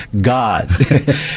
God